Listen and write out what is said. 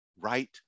Right